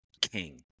king